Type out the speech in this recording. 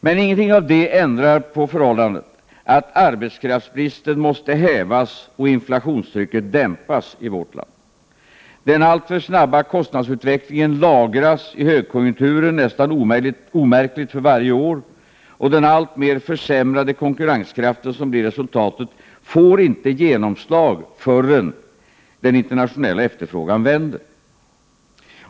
Men ingenting av detta ändrar på förhållandet att arbetskraftsbristen måste hävas och inflationstrycket dämpas i vårt land. Den alltför snabba kostnadsutvecklingen lagras i högkonjunkturen nästan omärkligt för varje år, och den alltmer försämrade konkurrenskraften som blir resultatet får inte genomslag förrän den internationella efterfrågan vänder.